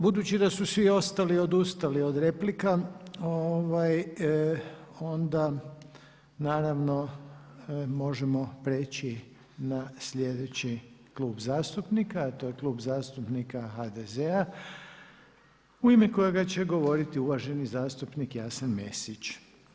Budući da su svi ostali odustali od replika onda naravno možemo prijeći na sljedeći klub zastupnika, a to je Klub zastupnika HDZ-a u ime kojega će govoriti uvaženi zastupnik Jasen Mesić.